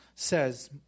says